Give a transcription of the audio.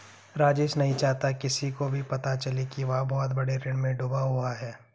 राजेश नहीं चाहता किसी को भी पता चले कि वह बहुत बड़े ऋण में डूबा हुआ है